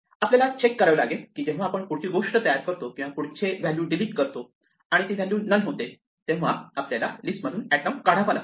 आपल्याला चेक करावे लागेल की जेव्हा आपण पुढची गोष्ट तयार करतो किंवा पुढचे व्हॅल्यू डिलीट करतो आणि ती व्हॅल्यू नन होते तेव्हा आपल्याला लिस्ट मधून एटम काढावा लागतो